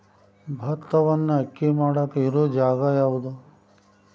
ಭತ್ತವನ್ನು ಅಕ್ಕಿ ಮಾಡಾಕ ಇರು ಜಾಗ ಯಾವುದು?